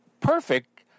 perfect